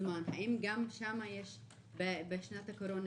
זמן האם גם שם יש נפילה בשנת הקורונה?